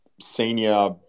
senior